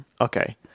Okay